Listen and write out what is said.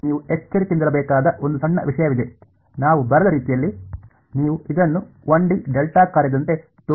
ಆದ್ದರಿಂದ ಇಲ್ಲಿ ನೀವು ಎಚ್ಚರಿಕೆಯಿಂದಿರಬೇಕಾದ ಒಂದು ಸಣ್ಣ ವಿಷಯವಿದೆ ನಾನು ಬರೆದ ರೀತಿಯಲ್ಲಿ ನೀವು ಇದನ್ನು 1 ಡಿ ಡೆಲ್ಟಾ ಕಾರ್ಯದಂತೆ ತೋರುತ್ತಿದ್ದರೆ